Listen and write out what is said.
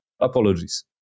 Apologies